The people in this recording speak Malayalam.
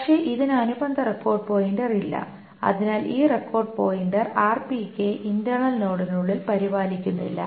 പക്ഷേ ഇതിന് അനുബന്ധ റെക്കോർഡ് പോയിന്റർ ഇല്ല അതിനാൽ ഈ റെക്കോർഡ് പോയിന്റർ ഇന്റെർണൽ നോഡിനുള്ളിൽ പരിപാലിക്കുന്നില്ല